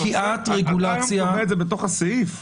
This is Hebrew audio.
אתה היום קובע את זה בתוך הסעיף.